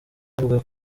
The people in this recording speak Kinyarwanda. avuga